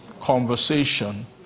conversation